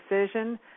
decision